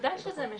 בוודאי שזה משנה.